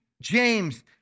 James